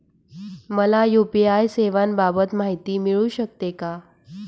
मला यू.पी.आय सेवांबाबत माहिती मिळू शकते का?